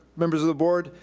members of the board,